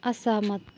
असहमत